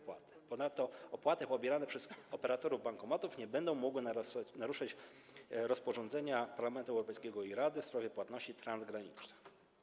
Ponadto opłaty pobierane przez operatorów bankomatów nie będą mogły naruszać rozporządzenia Parlamentu Europejskiego i Rady w sprawie płatności transgranicznych.